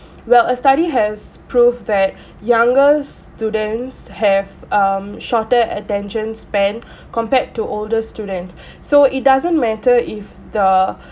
well a study has proved that younger students have um shorter attention span compared to older student so it doesn't matter if the